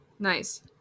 Nice